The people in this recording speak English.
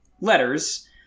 letters